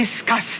discuss